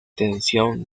tensión